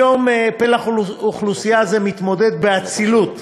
יום פלח אוכלוסייה זה מתמודד באצילות